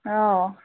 ꯑꯥꯎ